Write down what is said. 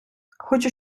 хочу